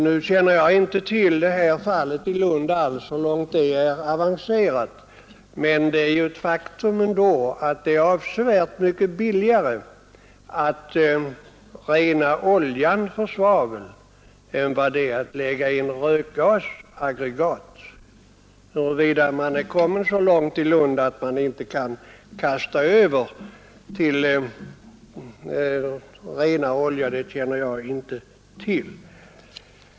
Nu känner jag inte alls till detta fall i Lund och vet inte hur långt det har avancerat, men det är ett faktum att det är avsevärt mycket billigare att rena oljan från svavel än att sätta in rökgasaggregat. Huruvida man har kommit så långt i Lund att man inte kan gå över till renare olja känner jag inte till.